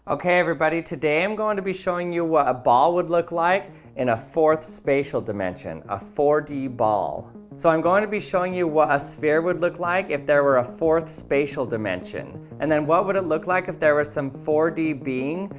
okay, everybody today i'm going to be showing you what a ball would look like in a fourth spatial dimension a four d ball so i'm going to be showing you what a sphere would look like if there were a fourth eshkettit spatial dimension and then what would it look like if there was some four d being?